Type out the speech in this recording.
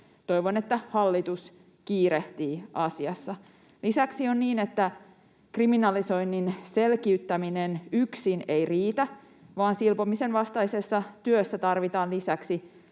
Toivon, että hallitus kiirehtii asiassa. Lisäksi on niin, että kriminalisoinnin selkiyttäminen yksin ei riitä vaan silpomisen vastaisessa työssä tarvitaan lisäksi